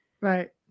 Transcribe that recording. Right